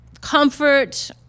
comfort